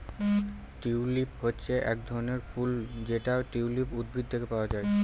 tulip হচ্ছে এক ধরনের ফুল যেটা টিউলিপ উদ্ভিদ থেকে পায়